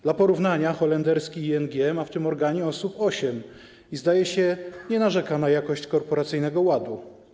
Dla porównania, holenderski ING ma w tym organie 8 osób i, zdaje się, nie narzeka na jakość korporacyjnego ładu.